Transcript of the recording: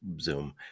zoom